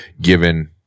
given